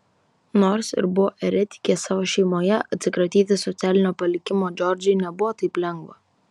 nors ir buvo eretikė savo šeimoje atsikratyti socialinio palikimo džordžai nebuvo taip lengva